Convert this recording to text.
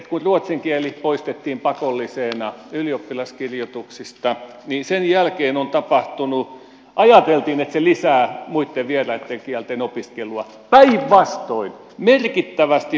kun ruotsin kieli poistettiin pakollisena ylioppilaskirjoituksista ajateltiin että se lisää muitten vieraitten kielten opiskelua päinvastoin merkittävästi vähentynyt